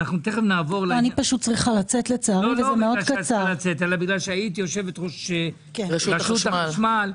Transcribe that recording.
בגלל שהיית יושבת-ראש רשות החשמל.